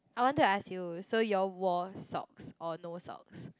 I want to ask you so you all wore socks or no socks